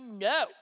no